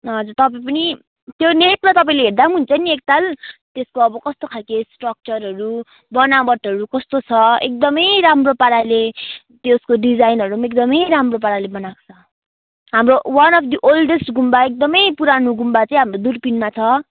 हजुर तपाईँ पनि त्यो नेटमा तपाइँले हेर्दा पनि हुन्छ नि एकताल त्यसको अब कस्तो खाल्के स्ट्रक्चरहरू बनावटहरू कस्तो छ एक्दमै राम्रो पाराले त्यसको डिजाइनहरू पनि एक्दमै राम्रो पाराले बनाएको छ हाम्रो वान अफ दि ओल्डेस्ट गुम्बा एक्दमै पुरानो गुम्बा चाहिँ हाम्रो दुर्पिनमा छ